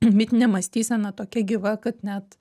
mitinė mąstysena tokia gyva kad net